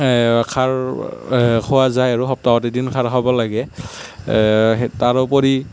খাৰ খোৱা যায় আৰু সপ্তাহত এদিন খাৰ খাব লাগে তাৰোপৰি